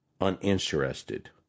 uninterested